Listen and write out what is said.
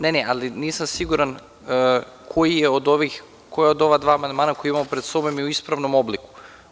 Ne, ne, ali nisam siguran koji je od ovih, koji je od ova dva amandmana koji imamo pred sobom je u ispravnom obliku.